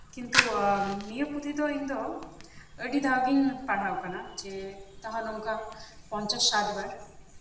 ᱠᱤᱱᱛᱩ ᱱᱤᱭᱟᱹ ᱯᱩᱛᱷᱤ ᱫᱚ ᱤᱧᱫᱚ ᱟᱹᱰᱤ ᱫᱷᱟᱣ ᱜᱤᱧ ᱯᱟᱲᱦᱟᱣ ᱠᱟᱱᱟ ᱡᱮ ᱛᱟᱣ ᱱᱚᱝᱠᱟ ᱯᱚᱧᱪᱟᱥ ᱥᱟᱴ ᱵᱟᱨ